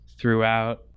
throughout